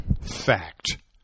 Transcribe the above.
Fact